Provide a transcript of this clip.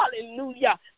Hallelujah